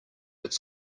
its